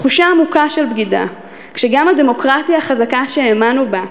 תחושה עמוקה של בגידה כשגם הדמוקרטיה החזקה שהאמנו בה,